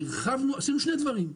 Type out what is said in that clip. ועשינו שני דברים.